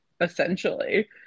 essentially